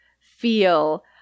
feel